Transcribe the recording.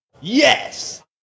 Yes